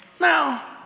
now